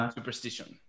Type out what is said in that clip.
Superstition